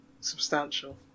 substantial